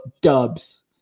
dubs